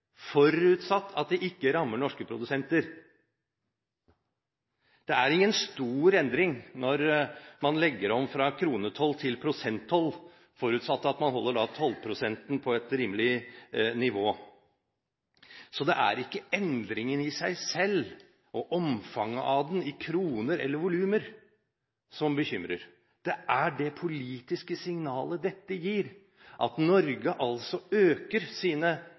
forutsatt at det ikke rammer norske produsenter. Det er ingen stor endring når man legger om fra kronetoll til prosenttoll – forutsatt at man holder tollprosenten på et rimelig nivå. Det er ikke endringen i seg selv og omfanget av den i kroner eller volumer som bekymrer. Det er det politiske signalet dette gir, at Norge øker sine